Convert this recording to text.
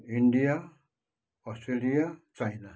India Australia China